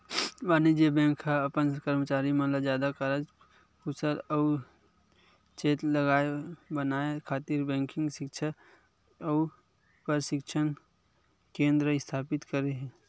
वाणिज्य बेंक मन ह अपन करमचारी मन ल जादा कारज कुसल अउ चेतलग बनाए खातिर बेंकिग सिक्छा अउ परसिक्छन केंद्र इस्थापित करे हे